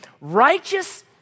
righteous